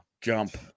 jump